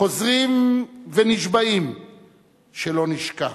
חוזרים ונשבעים שלא נשכח,